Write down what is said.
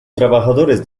trabajadores